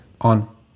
on